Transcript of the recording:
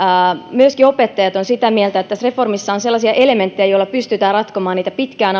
myöskin opettajat ovat sitä mieltä että tässä reformissa on sellaisia elementtejä joilla pystytään ratkomaan niitä pitkään